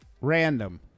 Random